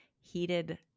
heated